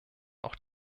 auch